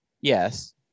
yes